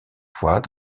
fois